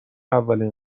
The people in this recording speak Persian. اولین